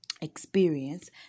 experience